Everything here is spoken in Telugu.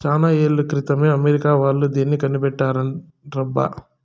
చానా ఏళ్ల క్రితమే అమెరికా వాళ్ళు దీన్ని కనిపెట్టారబ్బా